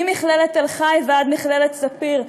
ממכללת תל חי ועד מכללת ספיר,